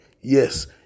Yes